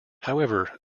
however